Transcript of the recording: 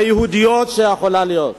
היהודיות שיכולות להיות.